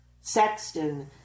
Sexton